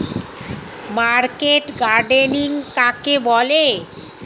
Market gardening কাকে বলে?